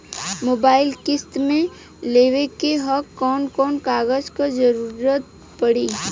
Mobile किस्त मे लेवे के ह कवन कवन कागज क जरुरत पड़ी?